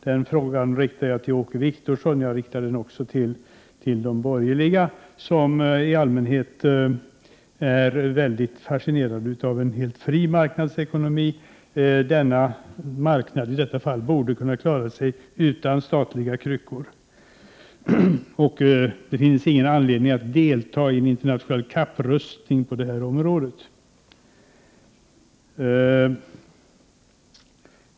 Den frågan riktar jag till Åke Wictorsson. Jag riktar den också till de borgerliga som i allmänhet är mycket fascinerade av en helt fri marknadsekonomi. I detta fall borde denna marknad kunna klara sig utan statliga kryckor. Det finns ingen anledning att delta i en internationell kapprustning på detta område.